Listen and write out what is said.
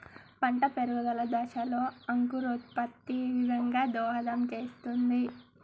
పంట పెరుగుదల దశలో అంకురోత్ఫత్తి ఏ విధంగా దోహదం చేస్తుంది?